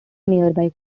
nearby